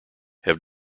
have